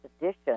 edition